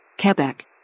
Quebec